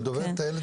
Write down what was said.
לדובב אותו,